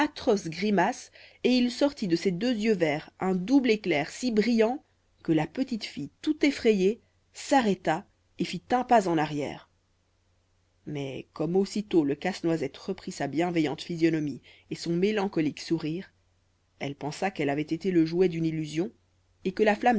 atroce grimace et il sortit de ses deux yeux verts un double éclair si brillant que la petite fille tout effrayée s'arrêta et fit un pas en arrière mais comme aussitôt le casse-noisette reprit sa bienveillante physionomie et son mélancolique sourire elle pensa qu'elle avait été le jouet d'une illusion et que la flamme